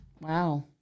Wow